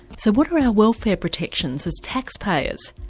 so what are our welfare protections as taxpayers?